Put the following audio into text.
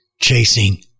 Chasing